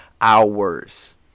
hours